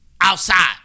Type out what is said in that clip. Outside